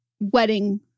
wedding